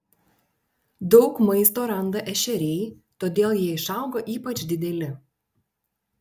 daug maisto randa ešeriai todėl jie išauga ypač dideli